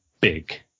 big